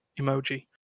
emoji